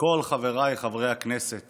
כל חבריי חברי הכנסת